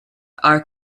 are